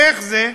איך זה?